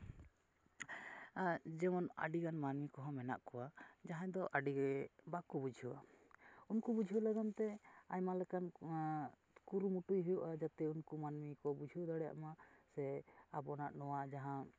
ᱟᱨ ᱡᱮᱢᱚᱱ ᱟᱹᱰᱤᱜᱟᱱ ᱢᱟᱹᱱᱢᱤ ᱠᱚᱦᱚᱸ ᱢᱮᱱᱟᱜ ᱠᱚᱣᱟ ᱡᱟᱦᱟᱸᱭ ᱫᱚ ᱟᱹᱰᱤ ᱵᱟᱝᱠᱚ ᱵᱩᱡᱷᱟᱹᱣᱟ ᱩᱱᱠᱩ ᱵᱩᱡᱷᱟᱹᱣ ᱞᱟᱹᱜᱤᱫᱛᱮ ᱟᱭᱢᱟ ᱞᱮᱠᱟᱱ ᱠᱩᱨᱩᱢᱩᱴᱩᱭ ᱦᱩᱭᱩᱜᱼᱟ ᱡᱟᱛᱮ ᱩᱱᱠᱩ ᱢᱟᱹᱱᱢᱤ ᱠᱚ ᱵᱩᱡᱷᱟᱹᱣ ᱫᱟᱲᱮᱭᱟᱜ ᱢᱟ ᱥᱮ ᱟᱵᱚᱱᱟᱜ ᱱᱚᱣᱟ ᱡᱟᱦᱟᱸ